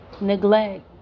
neglect